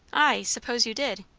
ay, suppose you did.